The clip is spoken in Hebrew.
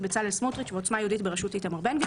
בצלאל סמוטריץ' ו"עוצמה יהודית בראשות איתמר בן גביר"